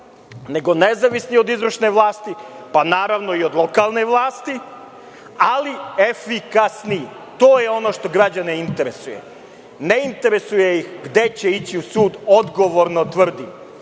nego nezavisni od izvršne vlasti, pa naravno i od lokalne vlasti, ali efikasniji. To je ono što građane interesuje. Ne interesuje ih gde će ići u sud, odgovorno tvrdim,